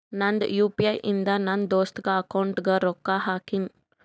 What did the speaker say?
ನಂದ್ U P I ಇಂದ ನನ್ ದೋಸ್ತಾಗ್ ಅಕೌಂಟ್ಗ ರೊಕ್ಕಾ ಹಾಕಿನ್